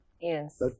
Yes